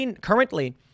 Currently